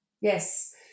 Yes